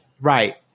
right